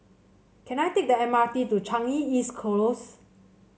can I take the M R T to Changi East Close